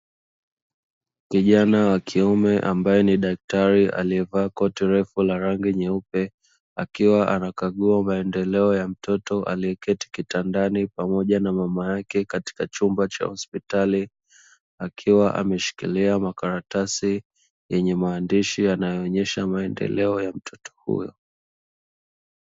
Kijana wa kiume ambaye ni daktari aliyevaa koti refu la rangi nyeupe akiwa anakagua maendeleo ya mtoto, aliyeketi kitandani pamoja na mama yake katika chumba cha hospitali akiwa ameshikilia makaratasi yenye maandishi yanayoonyesha maendeleo ya mtoto huyo.